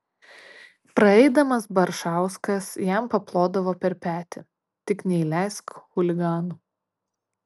praeidamas baršauskas jam paplodavo per petį tik neįleisk chuliganų